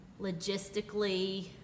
logistically